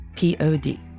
Pod